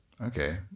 okay